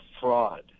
fraud